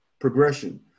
progression